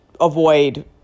avoid